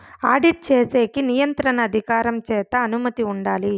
audit చేసేకి నియంత్రణ అధికారం చేత అనుమతి ఉండాలి